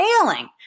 failing